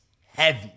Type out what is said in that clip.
heavy